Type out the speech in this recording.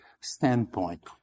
standpoint